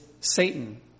Satan